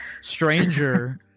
stranger